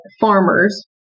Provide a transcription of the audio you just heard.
farmers